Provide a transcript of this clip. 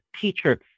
teacher